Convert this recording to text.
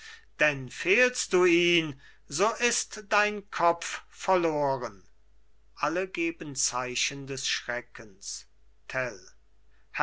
denn fehlst du ihn so ist dein kopf verloren alle geben zeichen des schreckens